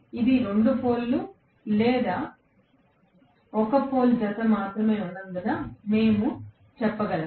ఇది 2 పోల్ లు లేదా 1 పోల్ జత మాత్రమే ఉన్నందున ఇది మేము చెప్పగలం